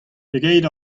pegeit